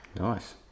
Nice